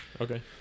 Okay